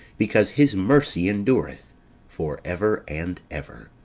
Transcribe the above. because his mercy endureth for ever and ever.